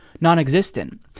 non-existent